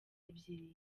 ebyiri